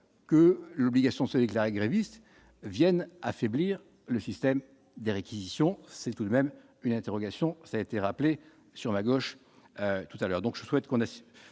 que l'obligation s'est déclaré gréviste viennent affaiblir le système des réquisitions, c'est tout de même une interrogation, ça a été rappelé, sur la gauche, tout à l'heure,